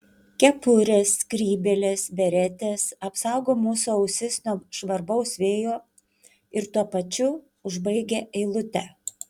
kepurės skrybėlės beretės apsaugo mūsų ausis nuo žvarbaus vėjo ir tuo pačiu užbaigia eilutę